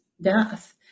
death